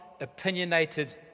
opinionated